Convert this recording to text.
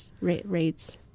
rates